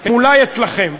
הם אולי אצלכם.